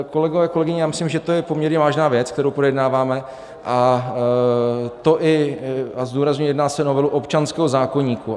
Kolegové, kolegyně, myslím si, že to je poměrně vážná věc, kterou projednáváme, a to i, zdůrazňuji, jedná se o novelu občanského zákoníku.